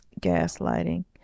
gaslighting